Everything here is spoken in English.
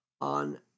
on